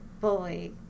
bully